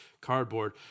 Cardboard